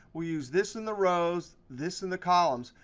we'll use this in the rows, this in the columns.